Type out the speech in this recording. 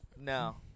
No